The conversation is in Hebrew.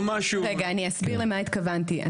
רגע, אני אסביר למה התכוונתי.